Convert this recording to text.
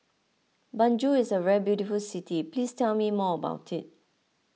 Banjul is a very beautiful city please tell me more about it